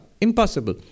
impossible